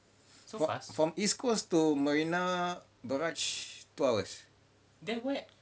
from east coast to marina barrage two hours